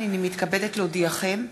הנני מתכבדת להודיעכם,